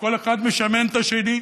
וכל אחד משמן את השני,